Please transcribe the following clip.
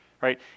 right